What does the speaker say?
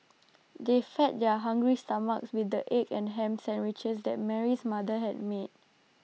they fed their hungry stomachs with the egg and Ham Sandwiches that Mary's mother had made